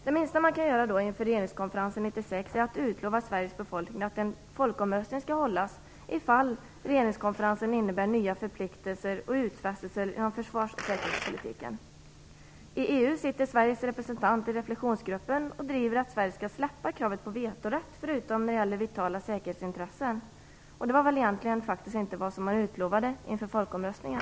Det minsta man kan göra inför regeringskonferensen 1996 är att utlova Sveriges befolkning att en folkomröstning skall hållas om regeringskonferensen innebär nya förpliktelser och utfästelser inom försvars och säkerhetspolitiken. I EU sitter Sveriges representant i reflexionsgruppen och driver att Sverige skall släppa kravet på vetorätt, förutom när det gäller vitala säkerhetsintressen. Det var väl egentligen inte vad som utlovades inför folkomröstningen?